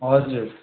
हजुर